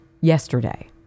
yesterday